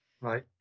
Right